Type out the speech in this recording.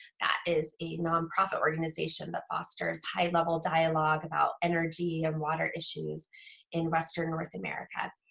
that is a nonprofit organization that fosters high-level dialogue about energy and water issues in western north america.